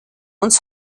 uns